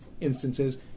instances